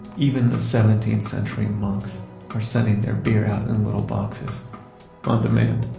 even the seventeenth century monks are sending their beer out in little boxes on demand.